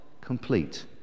complete